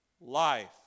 life